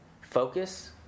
focus